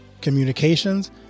communications